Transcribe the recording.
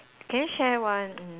can you share one mm